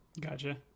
Gotcha